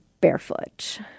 barefoot